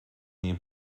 nie